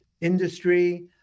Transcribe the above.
industry